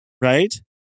right